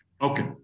Okay